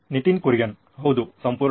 ನಿತಿನ್ ಕುರಿಯನ್ ಹೌದು ಸಂಪೂರ್ಣವಾಗಿ